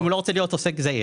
אם הוא לא רוצה להיות עוסק זעיר.